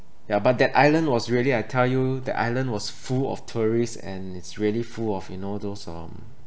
ya but that island was really I tell you that island was full of tourists and it's really full of you know those um